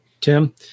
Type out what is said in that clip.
Tim